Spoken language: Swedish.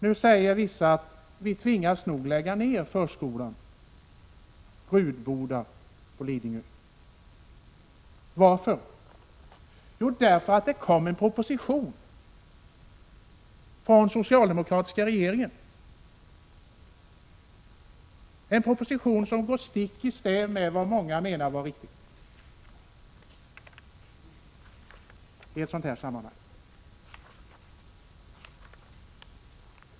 Nu säger vissa att man nog tvingas lägga ner Rudboda Montessoriförskola på Lidingö. Varför? Jo, därför att det kom en proposition från den 51 socialdemokratiska regeringen, en proposition som går stick i stäv mot vad många menar vara riktigt i ett sådant här sammanhang.